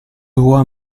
roi